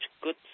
good